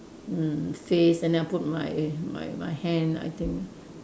mm face and then I'll put my my my hand I think